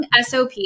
SOP